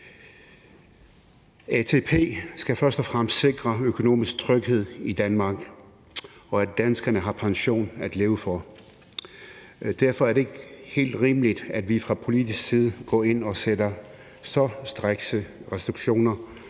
ATP skal først og fremmest sikre økonomisk tryghed i Danmark, og at danskerne har pension at leve for. Derfor er det ikke helt rimeligt, at vi fra politisk side går ind og sætter så strikse restriktioner